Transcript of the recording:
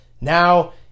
Now